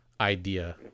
idea